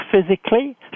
physically